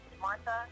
Martha